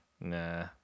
Nah